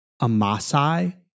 Amasai